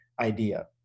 idea